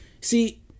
See